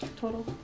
total